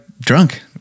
drunk